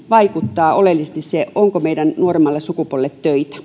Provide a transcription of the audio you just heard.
vaikuttaa oleellisesti se onko meidän nuoremmalle sukupolvelle